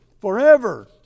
FOREVER